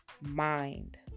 mind